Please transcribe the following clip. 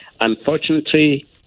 Unfortunately